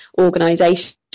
organisation